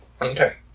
Okay